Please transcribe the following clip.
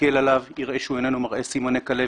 יסתכל עליו, יראה שהוא איננו מראה סימני כלבת.